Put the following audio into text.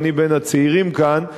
ואני בין הצעירים כאן,